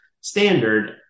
standard